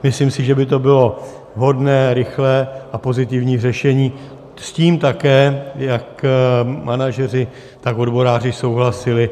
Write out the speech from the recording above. Myslím si, že by to bylo vhodné, rychlé a pozitivní řešení, s tím také jak manažeři, tak odboráři souhlasili.